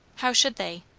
how should they?